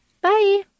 Bye